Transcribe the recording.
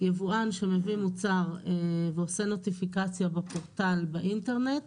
יבואן שמביא מוצר ועושה נוטיפיקציה בפורטל באינטרנט,